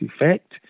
effect